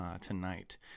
tonight